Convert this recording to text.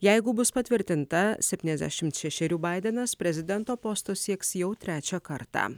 jeigu bus patvirtinta septyniasdešimt šešerių baidenas prezidento posto sieks jau trečią kartą